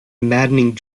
maddening